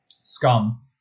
scum